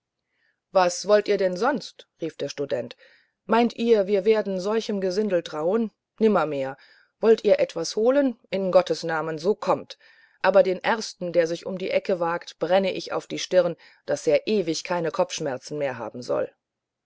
was wollt ihr denn sonst rief der student meint ihr wir werden solchem gesindel trauen nimmermehr wollt ihr etwas holen in gottes namen so kommet aber den ersten der sich um die ecke wagt brenne ich auf die stirne daß er auf ewig keine kopfschmerzen mehr haben soll